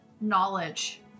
knowledge